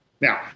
Now